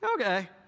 okay